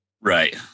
right